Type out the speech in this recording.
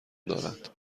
دارد